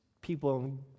people